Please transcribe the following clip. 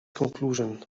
conclusion